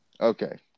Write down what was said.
Okay